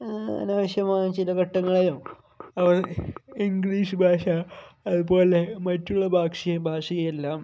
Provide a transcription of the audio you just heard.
അനാവശ്യമായ ചില ഘട്ടങ്ങളിലും അവ ഇംഗ്ലീഷ് ഭാഷ അതുപോലെ മറ്റുള്ള ഭാഷയെല്ലാം